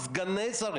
לעניין טענות לגבי תוכן